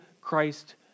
Christ